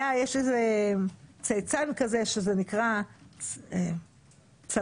יש איזה צייצן כזה שנקרא "צבר,